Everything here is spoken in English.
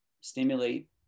stimulate